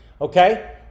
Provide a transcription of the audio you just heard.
okay